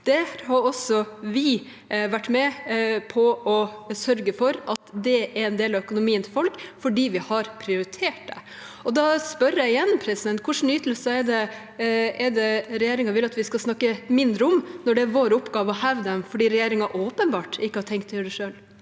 Vi har også vært med på å sørge for at det er en del av økonomien til folk, fordi vi har prioritert det. Og da spør jeg igjen om hvilke ytelser regjeringen vil at vi skal snakke mindre om, siden det er vår oppgave å heve dem, for regjeringen har åpenbart ikke tenkt å gjøre det selv.